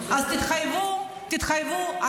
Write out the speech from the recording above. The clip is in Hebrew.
אז תתחייבו.